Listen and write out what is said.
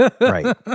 Right